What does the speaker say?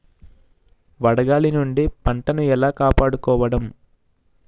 వడగాలి నుండి పంటను ఏలా కాపాడుకోవడం?